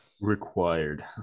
Required